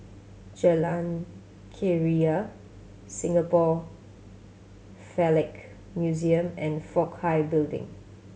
Jalan Keria Singapore Philatelic Museum and Fook Hai Building